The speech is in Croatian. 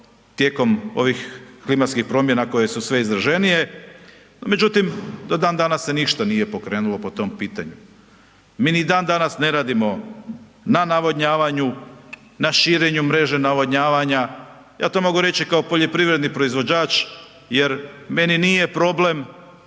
tijekom ovih klimatskih promjena koje su sve izraženije. Međutim, do dan danas se ništa nije pokrenulo po tom pitanju. Mi ni dan danas ne radimo na navodnjavanju, na širenju mreže navodnjavanja, ja to mogu reći kao poljoprivredni proizvođač jer meni nije problem